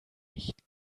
nicht